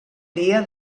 dia